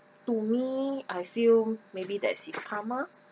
to me I feel maybe that's his karma